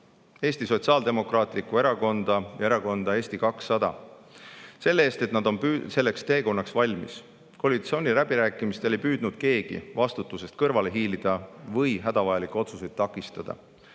Eesti Sotsiaaldemokraatlikku Erakonda ja Erakonda Eesti 200, selle eest, et nad on selleks teekonnaks valmis. Koalitsiooniläbirääkimistel ei püüdnud keegi vastutusest kõrvale hiilida või hädavajalikke otsuseid takistada.